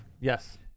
Yes